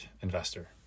investor